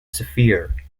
sphere